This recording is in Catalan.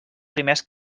primers